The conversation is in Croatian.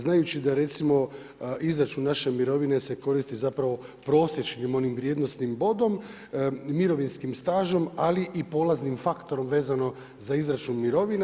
Znajući da recimo izračuni naše mirovine se koristi zapravo prosječnim onim vrijednosnim bodom, mirovinskim stažem ali i polaznim faktorom vezano za izračun mirovina.